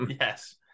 Yes